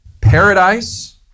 Paradise